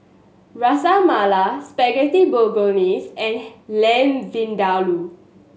Ras Malai Spaghetti Bolognese and Lamb Vindaloo